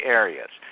areas